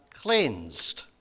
cleansed